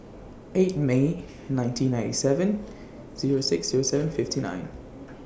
eight May nineteen ninety seven Zero six Zero seven fifty nine